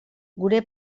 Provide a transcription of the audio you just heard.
gure